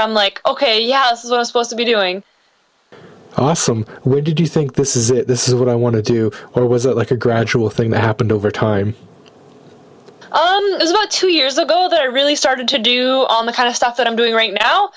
i'm like ok yes we're supposed to be doing oh awesome where did you think this is this is what i want to do what was it like a gradual thing that happened over time is what two years ago there really started to do on the kind of stuff that i'm doing right now